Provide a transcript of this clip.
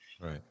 right